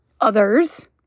others